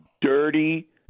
dirty